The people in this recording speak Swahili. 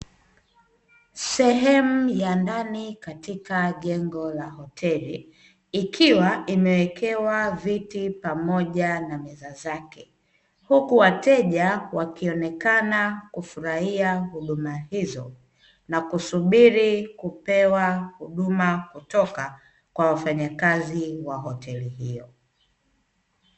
Sehemu ya ndani katika jengo la hoteli, ikiwa imewekewa viti pamoja na meza zake, huku wateja wakionekana kufurahia huduma hizo na kusubiri kupewa huduma kutoka kwa wafanyakazi wa hoteli hiyo.